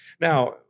Now